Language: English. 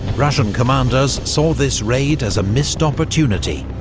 russian commanders saw this raid as a missed opportunity.